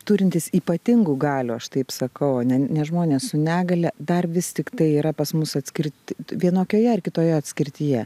turintys ypatingų galių aš taip sakau o ne ne žmonės su negalia dar vis tiktai yra pas mus atskirti vienokioje ar kitoje atskirtyje